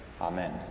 Amen